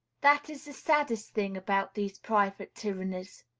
that is the saddest thing about these private tyrannies.